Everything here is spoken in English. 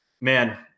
Man